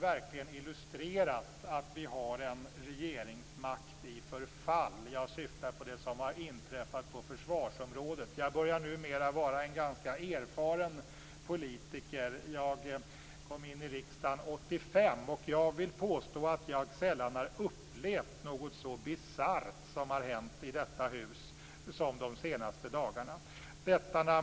verkligen har illustrerat att vi har en regeringsmakt i förfall. Jag syftar på det som har inträffat på försvarsområdet. Jag är numera en ganska erfaren politiker. Jag kom in i riksdagen 1985. Jag vill påstå att jag sällan har upplevt något så bisarrt i detta hus som det som har hänt de senaste dagarna.